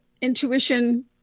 intuition